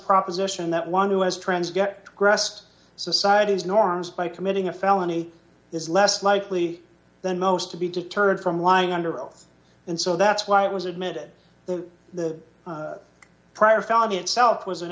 proposition that one us trends get grest society's norms by committing a felony is less likely than most to be deterred from lying under oath and so that's why it was admitted that the prior felony itself was an